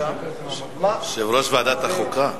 יושב-ראש ועדת החוקה.